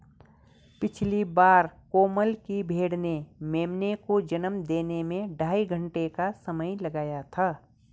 पिछली बार कोमल की भेड़ ने मेमने को जन्म देने में ढाई घंटे का समय लगाया था